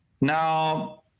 now